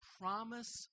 promise